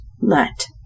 let